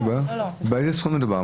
באיזה סכום מדובר?